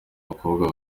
bakobwa